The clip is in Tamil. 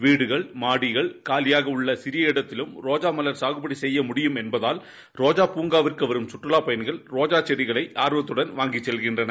வீடுகள் மாடிகள் காலிபாக உள்ள சிறிய இடத்திலம் ரோஜா மலர் சாகுபடி செய்யமுடியும் என்பதால் ரோஜ பூங்காவிற்கு வரும் கற்றலாப் பயணிகள் ரோஜா செடிகளை ஆர்வத்தடன் வாங்கிச் செல்கின்றனர்